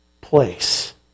place